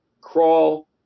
Crawl